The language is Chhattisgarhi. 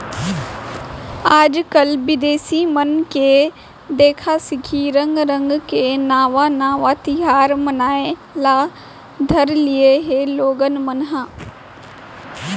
आजकाल बिदेसी मन के देखा सिखी रंग रंग के नावा नावा तिहार मनाए ल धर लिये हें लोगन मन ह